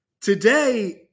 Today